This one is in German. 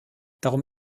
darum